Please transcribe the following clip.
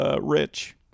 Rich